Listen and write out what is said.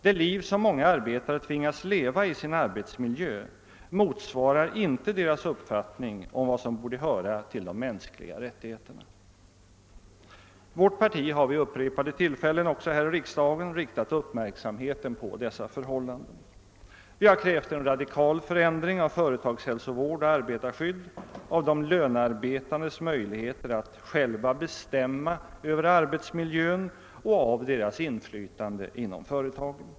Det liv som många arbetare tvingas leva i sin arbetsmiljö motsvarar inte deras uppfattning om vad som borde höra till de mänskliga rättigheterna. Vårt parti har vid upprepade tillfällen också här i riksdagen riktat uppmärksamheten på dessa förhållanden. Vi har krävt en radikal förändring av företagshälsovård och arbetarskydd, av de lönearbetandes möjligheter att själva bestämma över arbetsmiljön och av deras inflytande inom företagen.